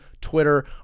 twitter